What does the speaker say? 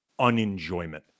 unenjoyment